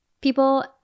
people